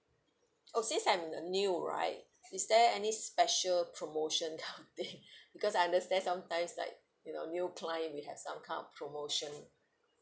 oh since I'm the new right is there any special promotion kind of thing because I understand sometimes like you know new client we have some kind of promotion